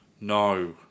no